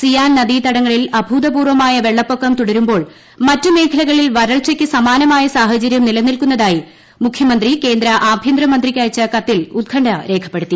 സിയാൻ നദീതടങ്ങളിൽ അഭൂതപൂർവ്വമായ വെള്ളപ്പൊക്കം തുടരുമ്പോൾ മറ്റ് മേഖലകളിൽ വരൾച്ചയ്ക്ക് സമാനമായ സാഹചര്യം നിലനിൽക്കുന്നതായി മുഖ്യമന്ത്രി ക്രോന്ദ് ആഭ്യന്തരമന്ത്രിക്ക് അയച്ച കത്തിൽ ഉത്കണ്ഠ രേഖപ്പെടുത്തി